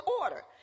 order